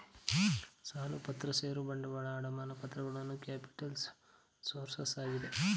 ಸಾಲಪತ್ರ ಷೇರು ಬಂಡವಾಳ, ಅಡಮಾನ ಪತ್ರಗಳು ಕ್ಯಾಪಿಟಲ್ಸ್ ಸೋರ್ಸಸ್ ಆಗಿದೆ